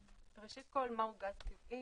ראשית כל, מה הוא גז טבעי?